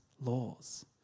laws